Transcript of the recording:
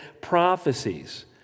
prophecies